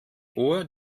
uhr